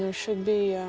ah should be,